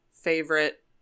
Favorite